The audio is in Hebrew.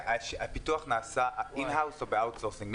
הפיתוח נעשה ב- insourcing או ב-outsourcing ?